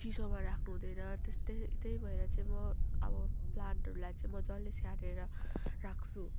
चिसोमा राख्नु हुँदैन त्यस्तै त्यही भएर चाहिँ म अब प्लान्टहरूलाई चाहिँ मजाले स्याहारेर राख्छु